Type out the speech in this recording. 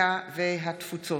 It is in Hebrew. הקליטה והתפוצות.